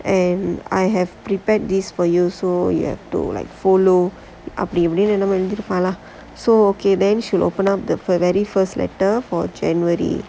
and I have prepared this for you so you have to like follow அப்படி இப்படின்னு என்னமோ எழுதி இருப்பான்:appadi ippadinnu ennamo eluthi iruppaan so okay then she'll open up the very first letter for january